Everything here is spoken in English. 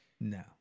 no